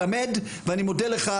מעל הכול אנחנו רוצים הבוקר גם להודות